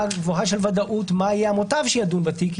גבוהה של ודאות מה יהיה המותב שידון בתיק,